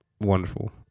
wonderful